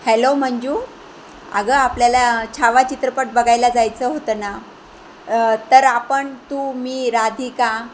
hello Manju अगं आपल्याला छावा चित्रपट बघायला जायचं होतं ना तर आपण तू मी राधीका